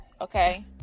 okay